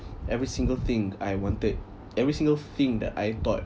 every single thing I wanted every single thing that I thought